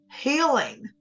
healing